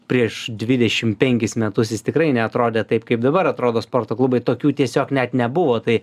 prieš dvidešim penkis metus jis tikrai neatrodė taip kaip dabar atrodo sporto klubai tokių tiesiog net nebuvo tai